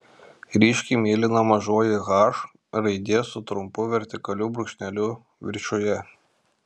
ryškiai mėlyna mažoji h raidė su trumpu vertikaliu brūkšneliu viršuje